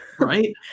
right